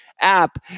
app